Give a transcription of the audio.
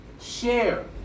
Share